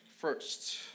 first